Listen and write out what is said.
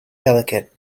delicate